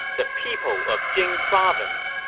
the people of jing province.